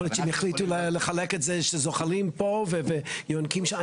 יכול להיות שהם יחליטו לחלק את זה שזוחלים פה ויונקים שם.